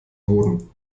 boden